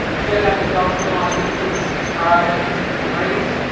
check out the felt show on youtube and subscribe. it's great.